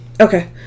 Okay